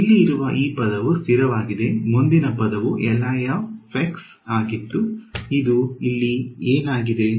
ಇಲ್ಲಿ ಇರುವ ಈ ಪದವು ಸ್ಥಿರವಾಗಿದೆ ಮುಂದಿನ ಪದವು ಆಗಿದ್ದು ಇದು ಇಲ್ಲಿ ಏನಾಗಿದೆ